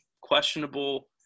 questionable